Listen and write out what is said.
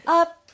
up